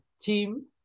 team